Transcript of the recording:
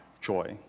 joy